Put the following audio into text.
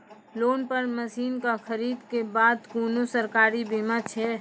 Loan पर मसीनऽक खरीद के बाद कुनू सरकारी बीमा छै?